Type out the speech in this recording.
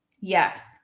Yes